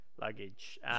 luggage